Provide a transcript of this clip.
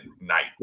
night